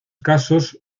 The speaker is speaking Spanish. casos